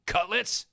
Cutlets